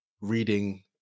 reading